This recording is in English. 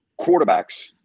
quarterbacks